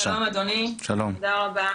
שלום אדוני, תודה רבה,